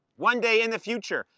one day in the future,